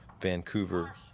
Vancouver